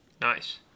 nice